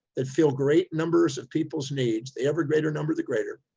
that fill great numbers of people's needs. the ever greater number the greater,